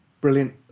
Brilliant